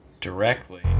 directly